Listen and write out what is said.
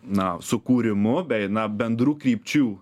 na sukūrimu bei na bendrų krypčių